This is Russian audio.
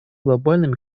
глобальным